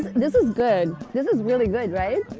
this is good, this is really good right?